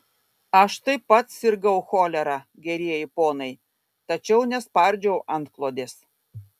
aš taip pat sirgau cholera gerieji ponai tačiau nespardžiau antklodės